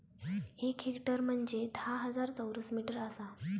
एक हेक्टर म्हंजे धा हजार चौरस मीटर आसा